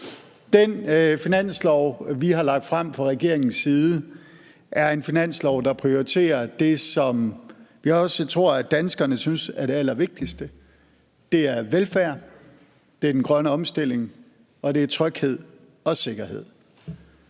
Den finanslov, vi har lagt frem fra regeringens side, er en finanslov, der prioriterer det, som jeg også tror at danskerne synes er det allervigtigste – det er velfærd, det er den grønne omstilling, og det er tryghed og sikkerhed.